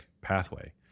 pathway